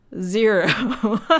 Zero